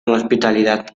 hospitalidad